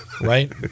right